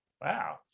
Wow